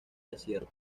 desierto